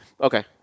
Okay